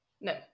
No